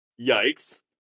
Yikes